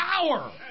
power